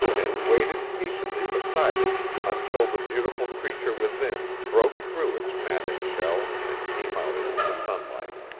and waited patiently beside it until the beautiful creature within broke through its matted shell and came out into the sunlight.